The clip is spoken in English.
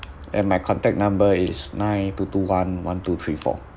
and my contact number is nine two two one one two three four